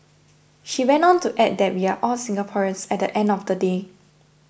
she went on to add that we are all Singaporeans at the end of the day